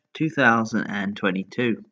2022